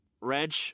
Reg